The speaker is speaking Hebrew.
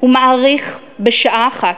הוא מאריך בשעה אחת,